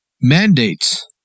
mandates